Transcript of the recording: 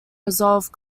resolve